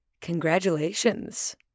Congratulations